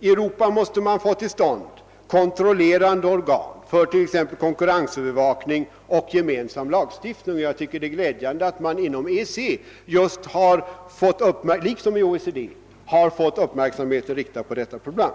I Europa måste man få till stånd kontrollerande organ för t.ex. konkurrensövervakning samt gemensam lagstiftning. Jag tycker det är glädjande att man inom EEC liksom inom OECD har fått uppmärksamheten riktad på dessa problem.